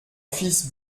fils